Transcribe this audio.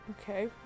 Okay